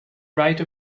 write